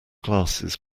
glasses